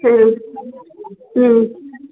ಹ್ಞೂ ಹ್ಞೂ